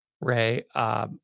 Ray